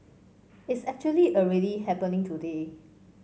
it's actually already happening today